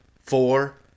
four